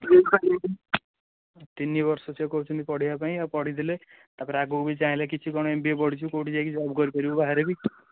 ତିନି ବର୍ଷ ସେ କହୁଛନ୍ତି ପଢିବା ପାଇଁ ଆଉ ପଢ଼ି ଦେଲେ ତା'ପରେ ଆଗକୁ ବି ଚାହିଁଲେ କିଛି କ'ଣ ଏମ୍ ବି ଏ ପଢ଼ିଛୁ କେଉଁଠି ଚାହିଁଲେ ଜବ୍ କରି ପାରିବୁ ବାହାରେ ବି